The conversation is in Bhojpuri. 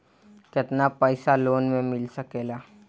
केतना पाइसा लोन में मिल सकेला?